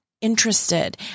interested